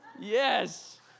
Yes